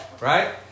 right